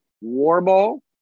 warble